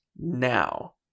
now